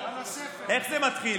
איך זה מתחיל?